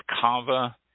Cava